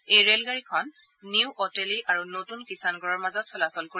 এই ৰেলগাডীখন নিউ অটেলী আৰু নতুন কিসানগড়ৰ মাজত চলাচল কৰিব